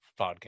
podcast